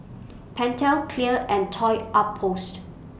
Pentel Clear and Toy Outpost